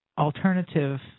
alternative